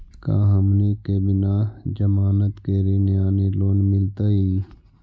का हमनी के बिना जमानत के ऋण यानी लोन मिलतई?